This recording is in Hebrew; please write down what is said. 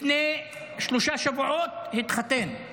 לפני שלושה שבועות התחתן,